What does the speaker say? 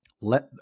let